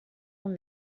اون